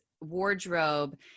wardrobe